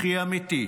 הכי אמיתי,